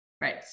Right